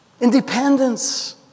Independence